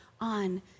on